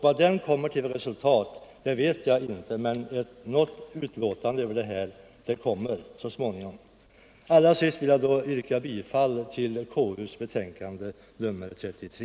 Vad den kommer till för resultat vet jag inte, men ett betänkande kommer så småningom. Jag yrkar, herr talman, bifall till konstitutionsutskottets hemställan i betänkandet nr 33.